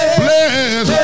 bless